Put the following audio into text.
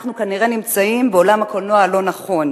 אנחנו כנראה נמצאים באולם הקולנוע הלא-נכון.